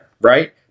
right